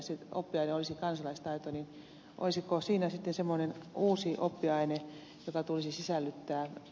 jos oppiaine olisi kansalaistaito niin olisiko siinä sitten semmoinen uusi oppiaine joka tulisi sisällyttää